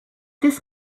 this